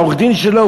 העורך-דין שלו,